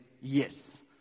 yes